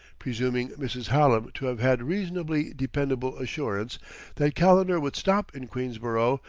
presuming mrs. hallam to have had reasonably dependable assurance that calendar would stop in queensborough,